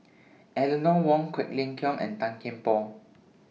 Eleanor Wong Quek Ling Kiong and Tan Kian Por